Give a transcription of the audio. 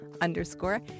underscore